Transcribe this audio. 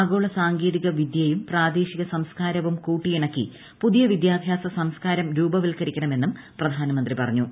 ആഗോള സാങ്കേതിക വിദ്യയും പ്രാദേശിക സംസ്ക്കാരവും കൂട്ടിയിണക്കി പുതിയ വിദ്യാഭ്യാസ സംസ്കാരം രൂപവൽക്കരിക്കണമെന്നും പ്രധാനമന്ത്രി പറഞ്ഞു